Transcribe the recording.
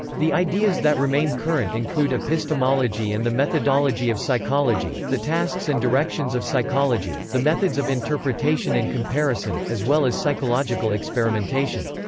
the ideas that remain current include epistemology and the methodology of psychology the tasks and directions of psychology, the methods of interpretation and comparison, as well as psychological experimentation.